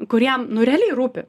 kuriem nu realiai rūpi